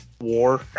war